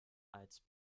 als